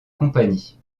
compagnie